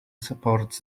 supports